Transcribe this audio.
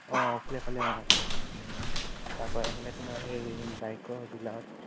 অঁ ফালে অঁ তাৰপৰা এইফালে তোমাৰ সেই বাইকৰ ডিলাৰত